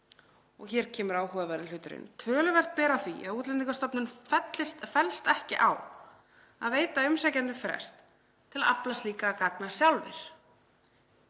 Og hér kemur áhugaverði hluturinn: „Töluvert ber á því að Útlendingastofnun fellst ekki á að veita umsækjendum frest til að afla slíkra gagna sjálfir.“